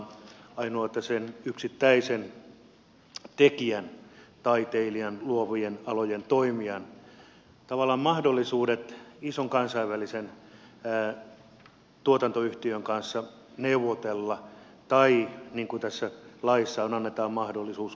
ainoa on että sen yksittäisen tekijän taiteilijan luovien alojen toimijan tavallaan mahdollisuudet ison kansainvälisen tuotantoyhtiön kanssa neuvottelemiseen tai niin kuin tässä laissa annetaan mahdollisuus kohtuullistamiseen ovat pienet